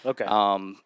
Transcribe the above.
okay